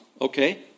Okay